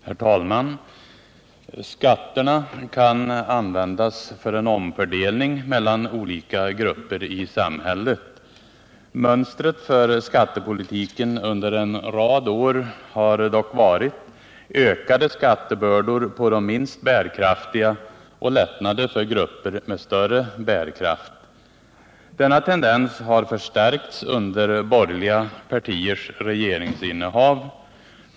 Herr talman! Skatterna kan användas för en omfördelning mellan olika grupper i samhället. Mönstret för skattepolitiken under en rad år har dock varit ökade skattebördor för de minst bärkraftiga och lättnader för grupper med större bärkraft. Denna tendens har förstärkts under borgerliga partiers regeringsinnehav.